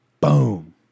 boom